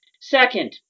Second